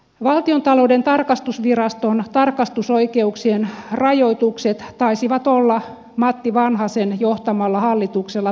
valtiontalouden tarkastusviraston tarkastusoikeuksien rajoitukset taisivat olla matti vanhasen johtamalla hallituksella päämäärä